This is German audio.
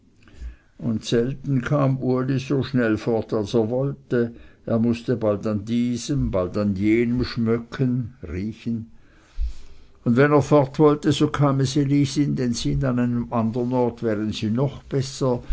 und selten kam uli so schnell fort als er wollte er mußte bald an diesem bald an jenem schmöcken und wenn er fort wollte so kam es elisi in sinn an einem andern ort wären sie noch besser